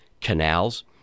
canals